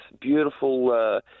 beautiful